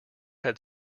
had